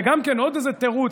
זה גם כן עוד איזה תירוץ,